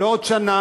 לא עוד שנה,